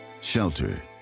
shelter